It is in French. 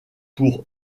pour